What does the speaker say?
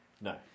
No